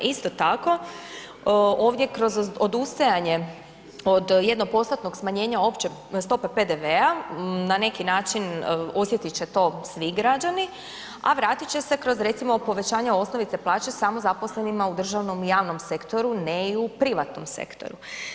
Isto tako ovdje kroz odustajanje od 1%-tnog smanjenja opće stope DPV-a, na neki način osjetiti će to svi građani a vratiti će se kroz recimo povećanje osnovice plaće samozaposlenima u državnom i javnom sektoru, ne i u privatnom sektoru.